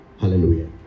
Hallelujah